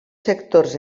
sectors